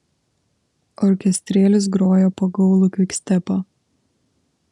orkestrėlis grojo pagaulų kvikstepą